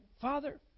Father